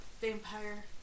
Vampire